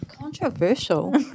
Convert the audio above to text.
Controversial